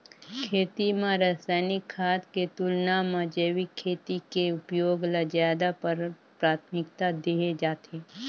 खेती म रसायनिक खाद के तुलना म जैविक खेती के उपयोग ल ज्यादा प्राथमिकता देहे जाथे